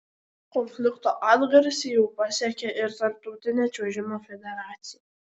konflikto atgarsiai jau pasiekė ir tarptautinę čiuožimo federaciją